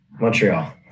Montreal